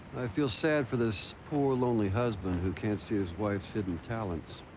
feel sad for this poor, lonely husband who can't see his wife's hidden talents.